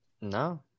no